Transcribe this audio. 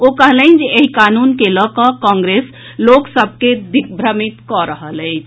ओ कहलनि जे एहि कानून के लऽ कऽ कांग्रेस लोक सभ के दिग्भ्रमित कऽ रहल अछि